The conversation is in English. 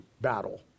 battle